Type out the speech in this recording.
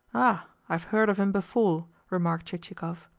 ah! i have heard of him before, remarked chichikov.